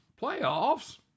Playoffs